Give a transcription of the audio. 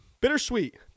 Bittersweet